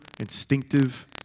instinctive